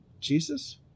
Jesus